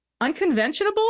unconventional